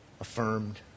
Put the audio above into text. affirmed